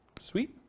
Sweet